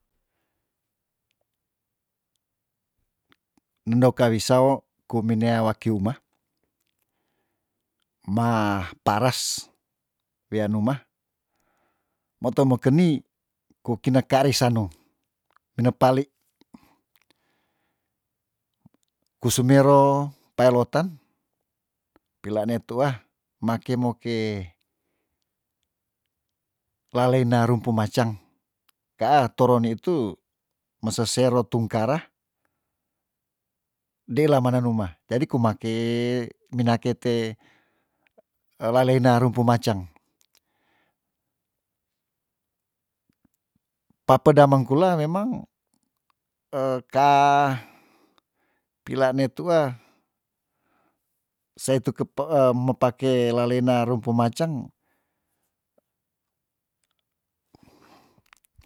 Mendo kawi sawo kumenea waki umah ma pares wian umah mo tou mekeni kukina ke arisan nou mine pali kusumero peilooten pila ne tuah make moke laleina rumpu macang kaa toro nitu mese sero tungkara ndeila mana numah jadi kumake mina kete ewailena rumpu maceng papeda mengkula memang ka pilaan ne tuah seitu kepee me pake laleina rumpu maceng